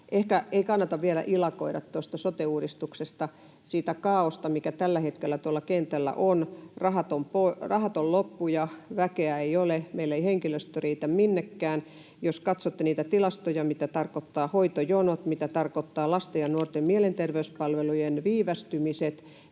ehkä ei kannata vielä ilakoida tuosta sote-uudistuksesta, sitä kaaosta, mikä tällä hetkellä tuolla kentällä on. Rahat on loppu, ja väkeä ei ole, meillä ei henkilöstö riitä minnekään. Jos katsotte niitä tilastoja, mitä tarkoittaa hoitojonot, mitä tarkoittaa lasten ja nuorten mielenterveyspalvelujen viivästymiset,